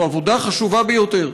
זו עבודה חשובה ביותר,